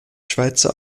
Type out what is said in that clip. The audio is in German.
schweizer